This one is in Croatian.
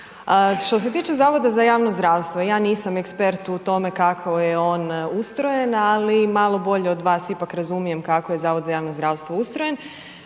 Što se tiče Zavoda za javno zdravstvo, ja nisam ekspert u tome kako je on ustrojen, ali malo bolje od vas ipak razumijem kako je Zavod za javno ustrojen,